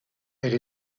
elle